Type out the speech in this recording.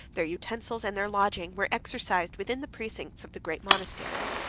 their utensils, and their lodging, were exercised within the precincts of the great monasteries.